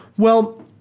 well,